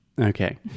Okay